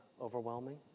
overwhelming